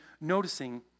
noticing